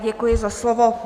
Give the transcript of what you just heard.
Děkuji za slovo.